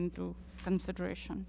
into consideration